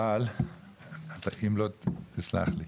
אבל תסלח לי.